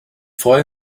freue